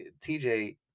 TJ